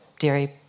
dairy